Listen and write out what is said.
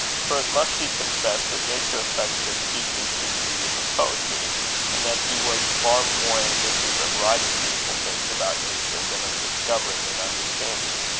for it must be confessed that nature affected him chiefly through the medium of poetry and that he was far more ambitious of writing beautiful things about nature than of discovering and understanding,